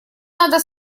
надо